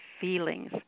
feelings